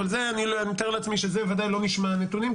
אבל זה אני מתאר לעצמי שבוודאי לא נשמע נתונים,